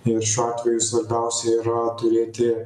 ir šiuo atveju svarbiausia yra turėti